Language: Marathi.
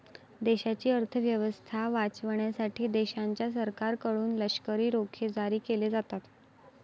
देशाची अर्थ व्यवस्था वाचवण्यासाठी देशाच्या सरकारकडून लष्करी रोखे जारी केले जातात